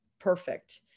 perfect